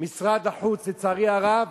משרד החוץ, לצערי הרב,